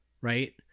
right